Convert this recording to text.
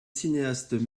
cinéastes